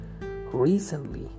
Recently